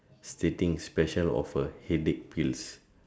stating special offer headache pills